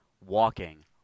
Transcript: Walking